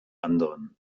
anderen